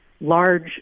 large